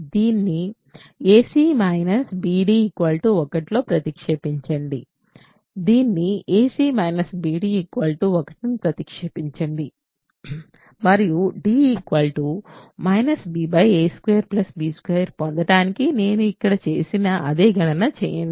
c adb దీన్ని ac bd 1 లో ప్రతిక్షేపించండి దీన్ని ac bd 1 ని ప్రతిక్షేపించండి మరియు d ba2b2 పొందడానికి నేను ఇక్కడ చేసిన అదే గణన చేయండి